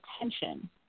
attention